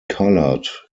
colored